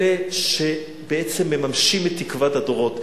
אלה שבעצם מממשים את תקוות הדורות.